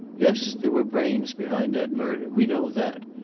yes, there were brains behind that murder. we know that.